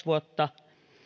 vuotta